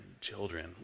children